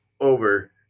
over